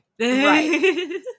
Right